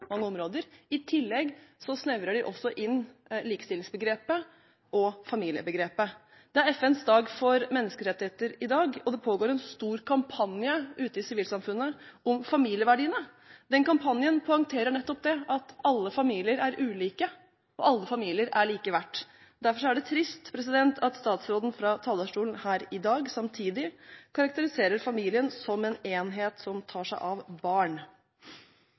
mange områder. I tillegg snevrer de også inn likestillingsbegrepet og familiebegrepet. Det er FNs dag for menneskerettigheter i dag, og det pågår en stor kampanje ute i sivilsamfunnet om familieverdiene. Den kampanjen poengterer nettopp at alle familier er ulike, og at alle familier er like mye verdt. Derfor er det trist at statsråden fra talerstolen her i dag samtidig karakteriserer familien som en enhet som tar seg av barn.